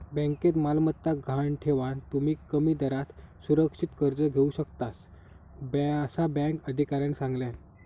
बँकेत मालमत्ता गहाण ठेवान, तुम्ही कमी दरात सुरक्षित कर्ज घेऊ शकतास, असा बँक अधिकाऱ्यानं सांगल्यान